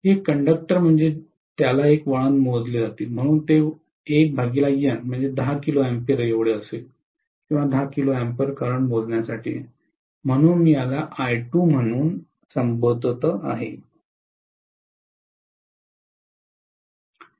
एक कंडक्टर म्हणजे त्याला एक वळण मोजले जाते म्हणून ते 1N 10 kilo ampere असेल ऐवजी 10 kA करंट मोजण्यासाठी आहे म्हणून मी याला I2 म्हणून कॉल करू